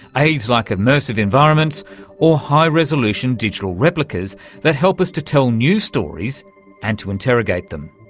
aids like immersive environments or high-resolution digital replicas that help us to tell new stories and to interrogate them.